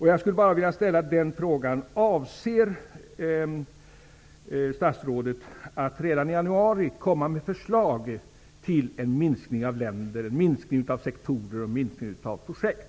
Jag vill ställa en fråga. Avser statsrådet att redan i januari komma med förslag till en minskning av antalet länder, sektorer och projekt?